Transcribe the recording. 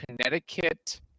Connecticut